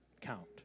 count